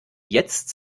jetzt